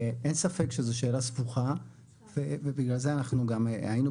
אין ספק שזו שאלה סבוכה ובגלל זה אנחנו גם היינו